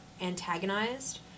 antagonized